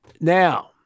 Now